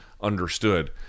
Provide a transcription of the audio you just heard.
understood